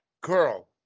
girl